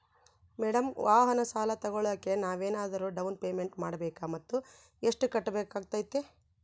Madam ವಾಹನ ಸಾಲ ತೋಗೊಳೋಕೆ ನಾವೇನಾದರೂ ಡೌನ್ ಪೇಮೆಂಟ್ ಮಾಡಬೇಕಾ ಮತ್ತು ಎಷ್ಟು ಕಟ್ಬೇಕಾಗ್ತೈತೆ?